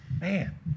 Man